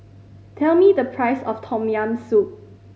tell me the price of Tom Yam Soup